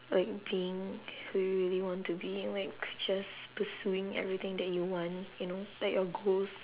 like being who you really want to be like just pursuing everything that you want you know like your goals